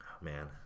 Man